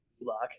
luck